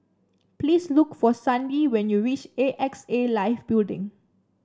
please look for Sandi when you reach A X A Life Building